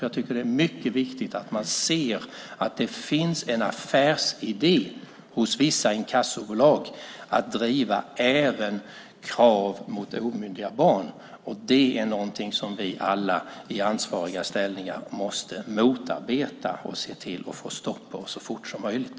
Jag tycker att det är mycket viktigt att man ser att det finns en affärsidé hos vissa inkassobolag att även driva krav mot omyndiga barn. Det är något som vi i ansvariga ställningar måste motarbeta och se till att få stopp på så fort som möjligt.